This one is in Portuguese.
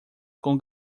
com